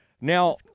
Now